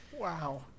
Wow